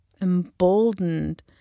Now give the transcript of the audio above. emboldened